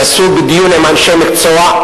והן נעשו בדיון עם אנשי מקצוע.